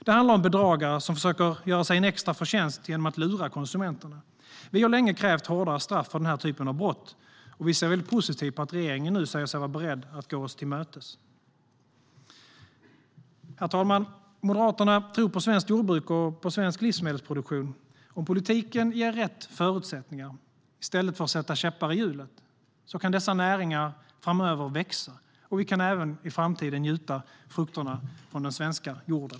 Det handlar om bedragare som försöker göra sig en extra förtjänst genom att lura konsumenterna. Vi har länge krävt hårdare straff för den här typen av brott och ser positivt på att regeringen nu säger sig vara beredd att gå oss till mötes. Herr talman! Moderaterna tror på svenskt jordbruk och på svensk livsmedelsproduktion. Om politiken ger rätt förutsättningar i stället för att sätta käppar i hjulet kan dessa näringar växa framöver, och vi kan även i framtiden njuta frukterna av den svenska jorden.